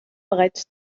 bereits